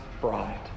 bride